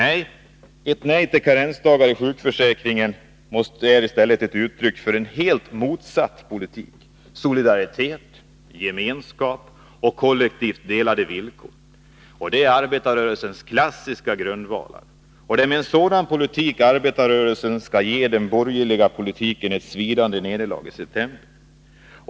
Ett nej till karensdagar i sjukförsäkringen är ett uttryck för en helt motsatt politik: solidaritet, gemenskap och kollektivt delade villkor. Det är arbetarrörelsens klassiska grundvalar. Det är med en sådan politik arbetarrörelsen skall ge den borgerliga politiken svidande nederlag i september.